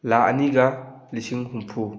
ꯂꯥꯛ ꯑꯅꯤꯒ ꯂꯤꯁꯤꯡ ꯍꯨꯝꯐꯨ